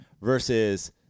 versus